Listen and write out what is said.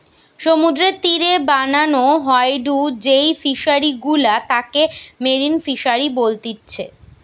সমুদ্রের তীরে বানানো হয়ঢু যেই ফিশারি গুলা তাকে মেরিন ফিসারী বলতিচ্ছে